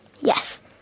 Yes